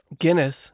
Guinness